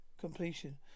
completion